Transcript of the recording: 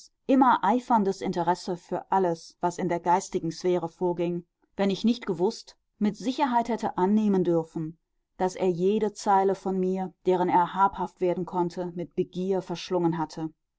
immer eiferndes interesse für alles was in der geistigen sphäre vorging wenn ich nicht gewußt mit sicherheit hätte annehmen dürfen daß er jede zeile von mir deren er habhaft werden konnte mit begier verschlungen hatte